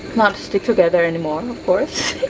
not stick together anymore and course